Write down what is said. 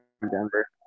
Denver